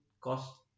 cost